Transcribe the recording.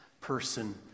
person